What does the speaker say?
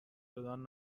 دادن